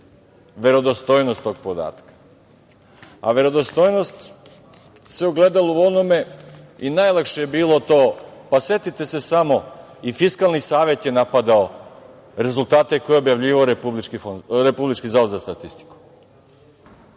verodostojnost tog podatka. A verodostojnost se ogledala u onome i najlakše je bilo to, pa setite se samo i Fiskalni savet je napadao rezultate koje je objavljivao Republički zavod za statistiku,